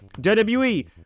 WWE